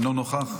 אינו נוכח,